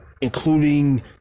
including